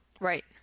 right